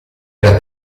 era